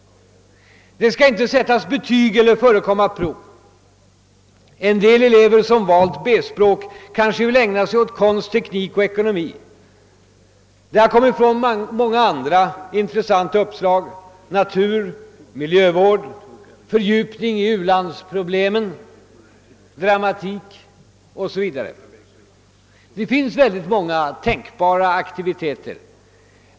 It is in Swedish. Det skall inte sättas betyg eller förekomma prov. En del elever som valt B-språk kanske vill ägna sig åt konst, teknik och ekonomi. Det har kommit fram många andra intressanta uppslag: natur, miljövård, fördjupning i u-landsproblemen, dramatik 0. s. v. Det finns väldigt många tänkbara aktiviteter.